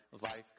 life